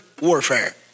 warfare